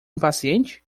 impaciente